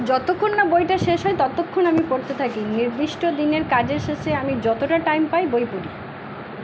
যতক্ষণ না বইটা শেষ হয় ততক্ষণ আমি পড়তে থাকি নির্দিষ্ট দিনের কাজের শেষে আমি যতটা টাইম পাই বই পড়ি